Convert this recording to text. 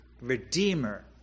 Redeemer